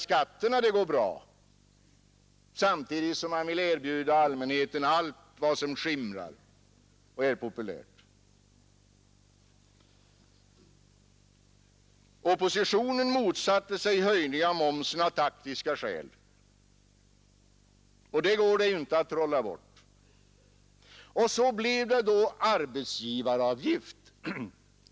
Det är ju den direkta skatten som man alltid har talat om att man skall sänka, och i botten blir det en sänkning. Den som har 10000 kronors inkomst får en sänkning procentuellt på över 30 procent.